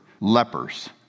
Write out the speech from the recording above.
lepers